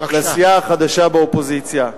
לסיעה החדשה באופוזיציה.